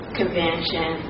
convention